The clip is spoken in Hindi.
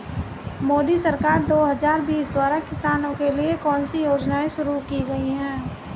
मोदी सरकार दो हज़ार बीस द्वारा किसानों के लिए कौन सी योजनाएं शुरू की गई हैं?